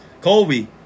Colby